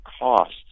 costs